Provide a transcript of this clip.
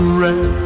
red